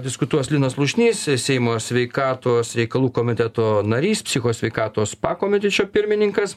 diskutuos linas lušnys seimo sveikatos reikalų komiteto narys psicho sveikatos pakomitečio pirmininkas